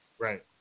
right